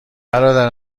برادر